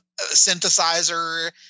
synthesizer